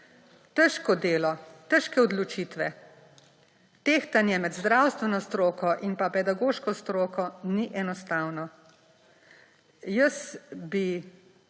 Težko delo, težke odločitve, tehtanje med zdravstveno stroko in pedagoško stroko ni enostavno. Jaz bi